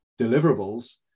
deliverables